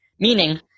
Meaning